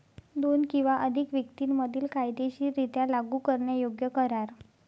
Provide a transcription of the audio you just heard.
दोन किंवा अधिक व्यक्तीं मधील कायदेशीररित्या लागू करण्यायोग्य करार